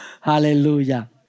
Hallelujah